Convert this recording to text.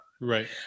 right